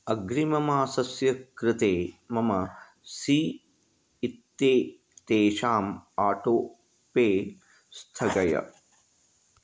अग्रिममासस्य कृते मम सी इत्येतेषाम् आटो पे स्थगय